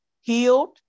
healed